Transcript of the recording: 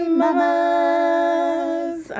mamas